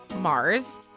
mars